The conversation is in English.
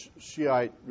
Shiite